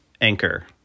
Anchor